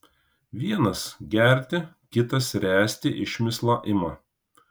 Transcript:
vienas gerti kitas ręsti išmislą ima